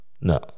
no